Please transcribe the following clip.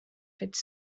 fets